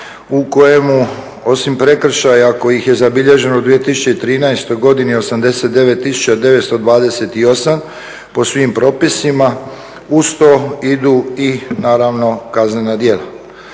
u kojemu osim prekršaja kojih je zabilježeno u 2013. godini 89928 po svim propisima. Uz to idu i naravno kaznena djela.